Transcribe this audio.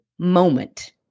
moment